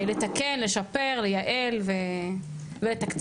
לתקן, לשפר, לייעל ולתקצב.